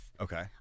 Okay